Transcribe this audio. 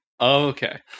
okay